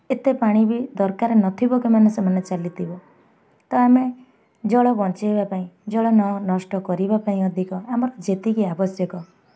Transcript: ଏତେ ପାଣି ବି ଦରକାର ନଥିବ କେମାନେ ସେମାନେ ଚାଲି ଥିବ ତ ଆମେ ଜଳ ବଞ୍ଚାଇବା ପାଇଁ ଜଳ ନ ନଷ୍ଟ କରିବା ପାଇଁ ଅଧିକ ଆମର ଯେତିକି ଆବଶ୍ୟକ